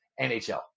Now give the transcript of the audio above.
NHL